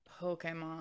Pokemon